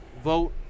Vote